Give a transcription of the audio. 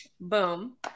Boom